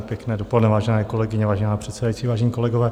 Pěkné dopoledne, vážené kolegyně, vážená předsedající, vážení kolegové.